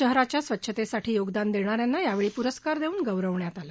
शहराच्या स्वच्छतेसाठी योगदान देणाऱ्यांना या वेळी पुरस्कार देऊन गौरवण्यात आलं